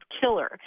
killer